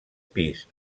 pis